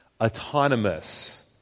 autonomous